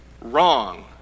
wrong